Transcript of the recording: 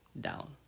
down